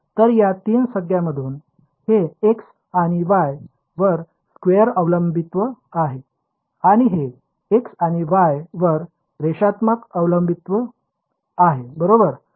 तर या 3 संज्ञांमधून हे x आणि y वर स्क्वेअर अवलंबित्व आहे आणि हे x आणि y वर रेषात्मक अवलंबित्व आहे बरोबर